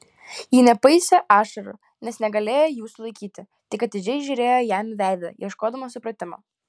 ji nepaisė ašarų nes negalėjo jų sulaikyti tik atidžiai žiūrėjo jam į veidą ieškodama supratimo